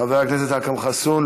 חבר הכנסת אכרם חסון,